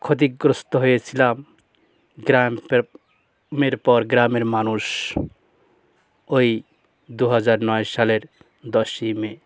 ক্ষতিগ্রস্ত হয়েছিলাম গ্রাম পেপ মের পর গ্রামের মানুষ ওই দু হাজার নয় সালের দশই মে